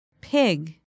Pig